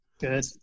Good